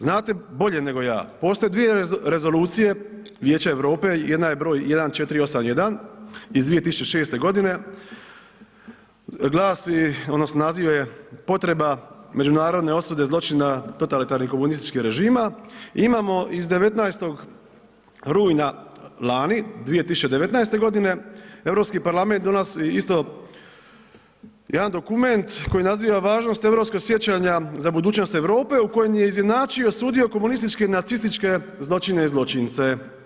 Znate bolje nego ja, postoje dvije rezolucije Vijeća Europe, jedna je br. 1481 iz 2006. g. glasi odnosno naziv joj je Potreba međunarodne osude zločina totalitarnih komunističkih režima, imamo iz 19. rujna lani, 2019. g., Europski parlament donosi jedan dokument koji naziva Važnost europskog sjećanja za budućnost Europe u kojem je izjednačio i osudio komunističke i nacističke zločine i zločince.